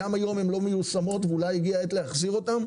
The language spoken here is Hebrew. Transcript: גם היום הן לא מיושמות ואולי הגיעה העת להחזיר אותן,